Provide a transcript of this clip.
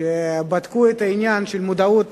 שבדקו את המודעות